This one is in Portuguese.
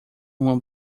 uma